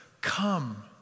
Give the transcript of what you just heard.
come